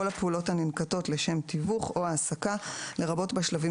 הפעולות הננקטות לשם תיווך או העסקה לרבות בשלבים